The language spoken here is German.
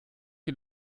wie